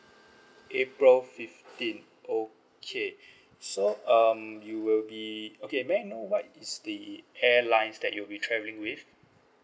april fifteen okay so um you will be okay may I know what is the air lines that you'll be travelling with